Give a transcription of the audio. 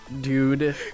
dude